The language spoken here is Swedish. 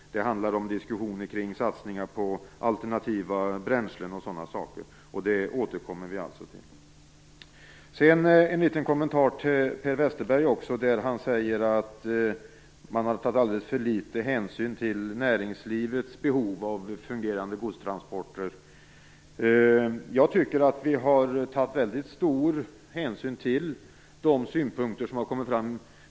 Det handlar om diskussioner om satsningar på alternativa bränslen och sådana saker. Men det återkommer vi alltså till. Jag skall också ge en liten kommentar till Per Westerberg också. Han säger att man har tagit alldeles för litet hänsyn till näringslivets behov av fungerande godstransporter. Jag tycker att vi har tagit väldigt stor hänsyn till de synpunkter som har kommit fram.